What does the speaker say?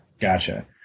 Gotcha